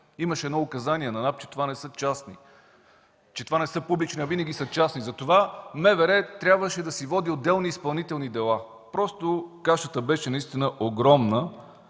Имаше едно указание на НАП, че това не са публични, а винаги са частни вземания. Затова МВР трябваше да си води отделни изпълнителни дела. Просто кашата беше наистина огромна,